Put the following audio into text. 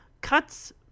Cuts